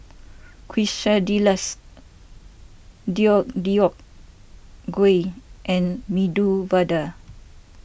Quesadillas Deodeok Gui and Medu Vada